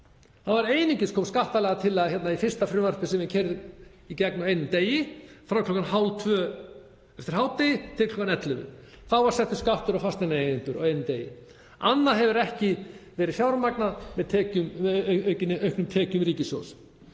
Það kom einungis skattaleg tillaga í fyrsta frumvarpinu sem við keyrðum í gegn á einum degi frá klukkan hálftvö eftir hádegi til kl. 11 um kvöldið. Þá var settur skattur á fasteignaeigendur á einum degi. Annað hefur ekki verið fjármagnað með auknum tekjum ríkissjóðs.